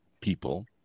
people